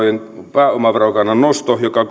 pääomaverokannan nostossa joka